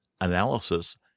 analysis